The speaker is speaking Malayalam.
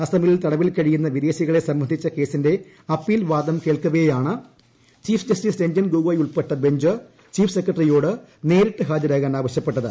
അസ്സമിൽ തടവിൽ കഴിയുന്ന വിദേശികളെ സംബന്ധിച്ച കേസിന്റെ അപ്പീൽ വാദം കേൾക്കവേയാണ് ചീഫ് ജസ്റ്റിസ് രഞ്ചൻ ഗൊഗോയ് ഉൾപ്പെട്ട ബഞ്ച് ചീഫ് സെക്രട്ടറിയോട് നേരിട്ട് ഹാജരാകാൻ ആവശ്യപ്പെട്ടത്